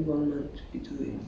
one month